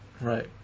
Right